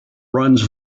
runs